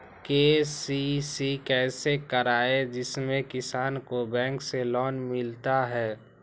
KCC कैसे कराये जिसमे किसान को बैंक से लोन मिलता है?